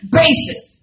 basis